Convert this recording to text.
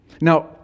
now